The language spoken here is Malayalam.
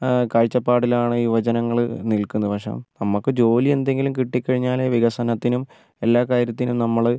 കാഴ്ച്ചപ്പാടിലാണ് യുവജനങ്ങൾ നിൽക്കുന്നത് പക്ഷേ നമുക്ക് ജോലി എന്തെങ്കിലും കിട്ടിക്കഴിഞ്ഞാലേ വികസനത്തിനും എല്ലാ കാര്യത്തിനും നമ്മൾ